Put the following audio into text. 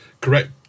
correct